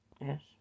Yes